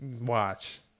Watch